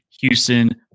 Houston